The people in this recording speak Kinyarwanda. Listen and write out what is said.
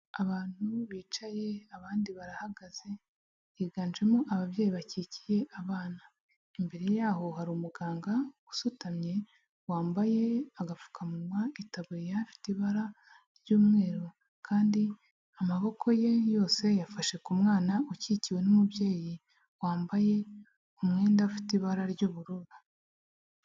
Abantu bicaye, abandi barahagaze, higanjemo ababyeyi bakikiye abana. Imbere y'aho hari umuganga usutamye, wambaye agapfukamunwa n'itaburiya ifite ibara ry'umweru kandi amaboko ye yose yafashe ku mwana ukikiwe n'umubyeyi wambaye umwenda ufite ibara ry'ubururu.